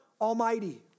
Almighty